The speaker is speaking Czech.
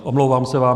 Omlouvám se vám.